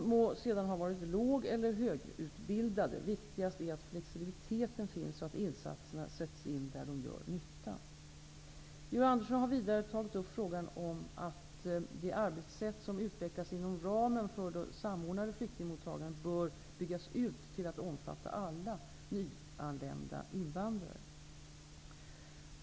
De må sedan ha varit lågeller högutbildade, viktigast är att flexibiliteten finns och att insatserna sätts in där de gör nytta. Georg Andersson har vidare tagit upp frågan om att det arbetssätt som utvecklats inom ramen för det samordnade flyktingmottagandet bör byggas ut till att omfatta alla nyanlända invandrare.